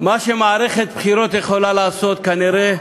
מה שמערכת בחירות יכולה לעשות, כנראה.